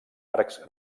arcs